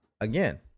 again